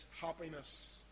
happiness